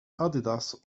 adidas